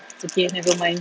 it's okay nevermind